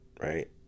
right